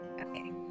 Okay